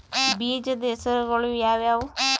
ಬೇಜದ ಹೆಸರುಗಳು ಯಾವ್ಯಾವು?